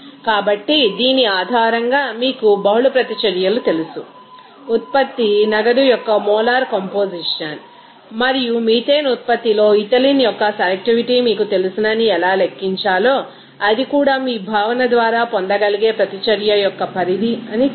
కాబట్టి దీని ఆధారంగా మీకు బహుళ ప్రతిచర్యలు తెలుసు ఉత్పత్తి నగదు యొక్క మోలార్ కొంపోజిషన్ మరియు మీథేన్ ఉత్పత్తిలో ఇథిలీన్ యొక్క సెలెక్టివిటీ మీకు తెలుసని ఎలా లెక్కించాలో అది కూడా మీ భావన ద్వారా పొందగలిగే ప్రతిచర్య యొక్క పరిధి తెలుసు